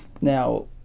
now